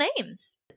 names